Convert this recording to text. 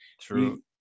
true